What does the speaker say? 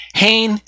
hain